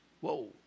Whoa